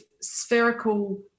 spherical